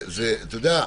אתה יודע,